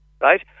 right